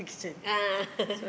ah